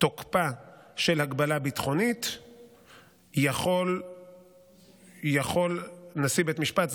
תוקפה של הגבלה ביטחונית יכול נשיא בית המשפט,